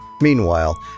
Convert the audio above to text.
Meanwhile